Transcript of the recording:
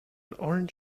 orange